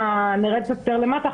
ואם נרד קצת יותר למטה,